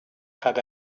had